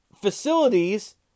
facilities